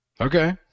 Okay